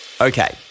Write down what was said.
Okay